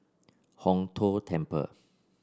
Hong Tho Temple